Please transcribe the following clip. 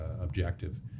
objective